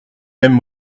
mêmes